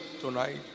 tonight